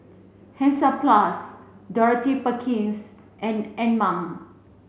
Hansaplast Dorothy Perkins and Anmum